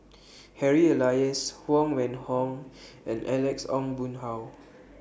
Harry Elias Huang Wenhong and Alex Ong Boon Hau